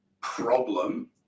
problem